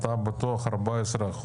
האם אתה בטוח לגבי ה-14%?